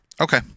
okay